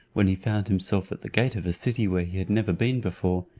when he found himself at the gate of a city where he had never been before,